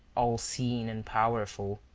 all-seeing and powerful,